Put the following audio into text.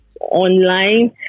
online